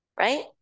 Right